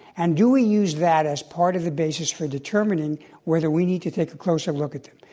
and do we use that as part of the basis for determining whether we need to take a closer look at them.